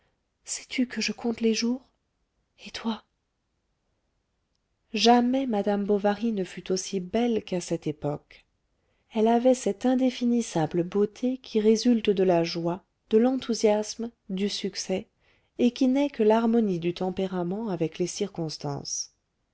sais-tu que je compte les jours et toi jamais madame bovary ne fut aussi belle qu'à cette époque elle avait cette indéfinissable beauté qui résulte de la joie de l'enthousiasme du succès et qui n'est que l'harmonie du tempérament avec les circonstances